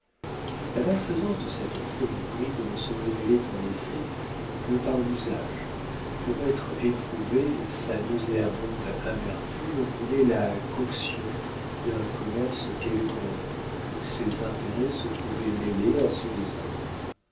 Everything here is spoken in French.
la malfaisance de cette fleur hybride ne se révélait en effet que par l'usage pour être éprouvée sa nauséabonde amertume voulait la coction d'un commerce quelconque où ses intérêts se trouvaient mêlés à ceux des hommes